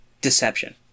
deception